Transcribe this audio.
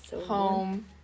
Home